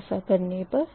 ऐसा करने पर